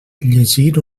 llegir